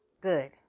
good